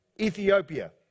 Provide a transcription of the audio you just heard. Ethiopia